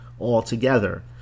altogether